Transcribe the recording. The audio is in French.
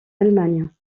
allemagne